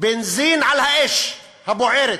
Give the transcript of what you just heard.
בנזין על האש הבוערת.